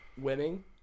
winning